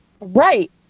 Right